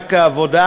למענק עבודה,